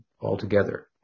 altogether